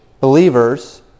believers